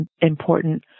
important